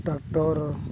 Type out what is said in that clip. tractor